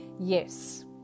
Yes